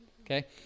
Okay